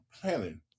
planning